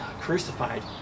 crucified